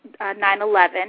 9-11